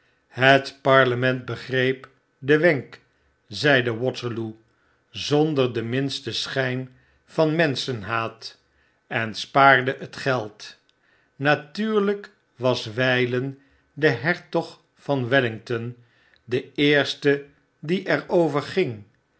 het parlement begreep den wenk zeide waterloo zonder den minsten schyn van menschenhaat en spaarde het geld natuurlijk was wylen de hertog van wellington de eerste die er over